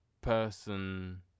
person